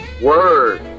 Word